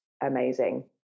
amazing